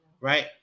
right